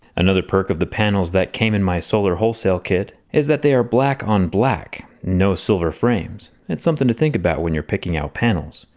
another perk of the panels that came in my solar wholesale kit, is that they are black on black no silver frames. it's something to think about when you're picking out panels.